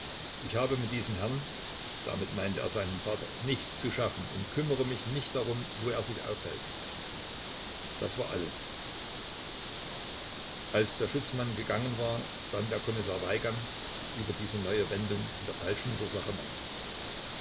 ich habe mit diesem herrn damit meinte er seinen vater nichts zu schaffen und kümmere mich nicht darum wo er sich aufhält das war alles als der schutzmann gegangen war sann der kommissar weigand über diese neue wendung in der falschmünzersache nach